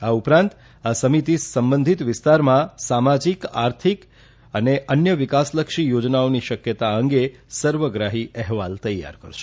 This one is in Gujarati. આ ઉપરાંત આ સમિતી સંબંધીત વિસ્તારમાં સામાજીક આર્થિક વિકાસલક્ષી યોજનાઓની શક્યતા અંગે સર્વગ્રાહી અહેવાલ તૈયાર કરશે